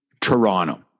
Toronto